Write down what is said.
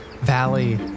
valley